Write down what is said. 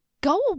go